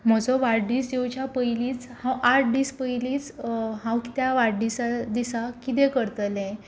म्हजो वाडदीस येवच्या पयलींच हांव आठ दीस पयलींच हांव कित्या वाडदिसा दिसा कितें करतलें